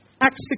Acts